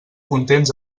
contents